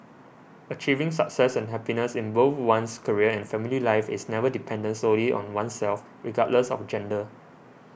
achieving success and happiness in both one's career and family life is never dependent solely on oneself regardless of gender